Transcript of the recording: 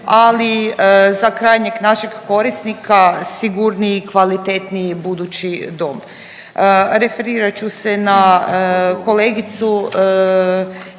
ali za krajnjeg našeg korisnika sigurniji i kvalitetniji budući dom. Referirat ću se na kolegicu,